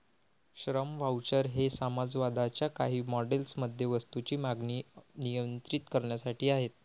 श्रम व्हाउचर हे समाजवादाच्या काही मॉडेल्स मध्ये वस्तूंची मागणी नियंत्रित करण्यासाठी आहेत